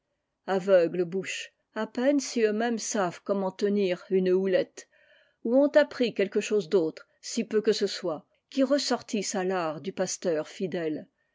avsugles bouches t à peine si eux-mêmes savent comment tenir une houlette ou ont appris quelque chose d'autre si peu que ce soit qui ressortisse à l'art du pasteur fidèle